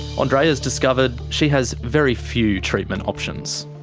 ah andreea has discovered she has very few treatment options.